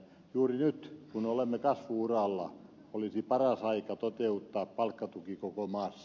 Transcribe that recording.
juuri nyt kun olemme kasvu uralla olisi paras aika toteuttaa palkkatuki koko maassa